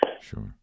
Sure